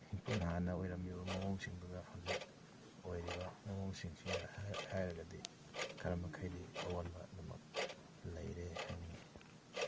ꯍꯥꯟꯅ ꯑꯣꯏꯔꯝꯃꯤꯕ ꯃꯑꯣꯡꯁꯤꯡꯗꯨꯒ ꯍꯧꯖꯤꯛ ꯑꯣꯏꯔꯤꯕ ꯃꯑꯣꯡꯁꯤꯡꯁꯤꯅ ꯍꯥꯏꯔꯒꯗꯤ ꯈꯔ ꯃꯈꯩꯗꯤ ꯑꯑꯣꯟꯕ ꯑꯗꯨꯃꯛ ꯂꯩꯔꯦ ꯍꯥꯏꯅꯤꯡꯉꯤ